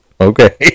okay